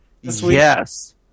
Yes